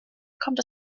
kommt